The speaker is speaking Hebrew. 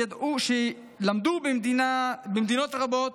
שלמדו במדינות רבות.